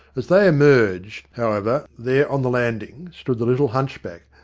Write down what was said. as they emerged, however, there on the landing stood the little hunchback,